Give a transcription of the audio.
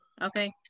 Okay